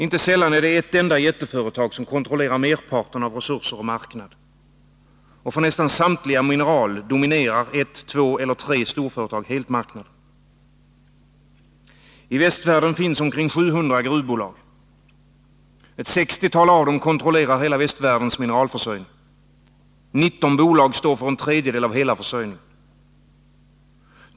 Inte sällan är det ett enda jätteföretag som kontrollerar merparten av resurser och marknad, och för nästan samtliga mineral dominerar ett, två eller tre storföretag helt marknaden. I västvärlden finns omkring 700 gruvbolag. Ett sextiotal av dem kontrollerar hela västvärldens mineralförsörjning. 19 bolag står för en tredjedel av hela försörjningen.